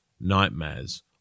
nightmares